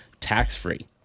tax-free